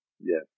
Yes